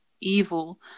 evil